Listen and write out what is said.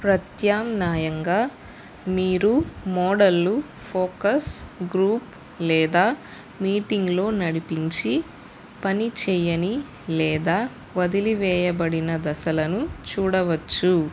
ప్రత్యామ్నాయంగా మీరు మోడల్ను ఫోకస్ గ్రూప్ లేదా మీటింగులో నడిపించి పనిచేయని లేదా వదిలివేయబడిన దశలను చూడవచ్చు